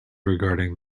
regarding